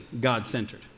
God-centered